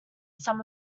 some